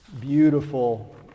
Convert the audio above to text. beautiful